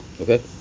okay